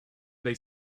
they